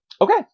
Okay